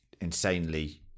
insanely